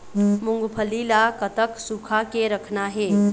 मूंगफली ला कतक सूखा के रखना हे?